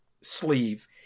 sleeve